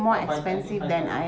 or five I think five thousand